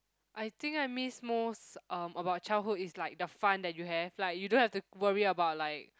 I think I miss um most about childhood is like the fun that you have like you don't have to worry about like